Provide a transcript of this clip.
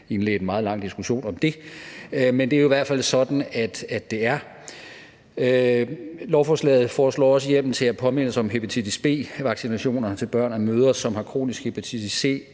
indledt en meget lang diskussion om det. Men det er i hvert fald sådan, det er. Lovforslaget foreslår også hjemmel til, at påmindelser om hepatitis B-vaccinationer til børn af mødre, som har kronisk hepatitis